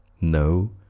No